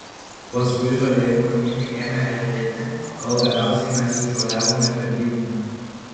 paskui žolė ir krūmynai ėmė retėti kol galiausiai mes jau šuoliavome per dykumą